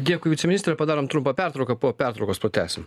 dėkui viceministre padarom trumpą pertrauką po pertraukos pratęsim